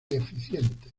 eficientes